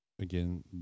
Again